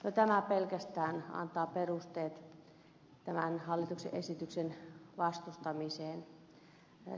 jo tämä pelkästään antaa perusteet tämän hallituksen esityksen vastustamiseen